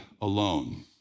alone